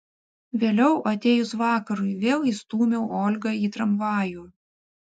vėliau atėjus vakarui vėl įstūmiau olgą į tramvajų